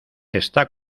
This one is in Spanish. está